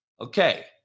Okay